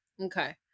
Okay